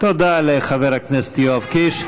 תודה לחבר הכנסת יואב קיש.